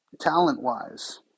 talent-wise